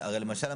הרי למשל,